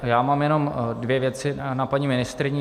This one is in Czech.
Já mám jenom dvě věci na paní ministryni.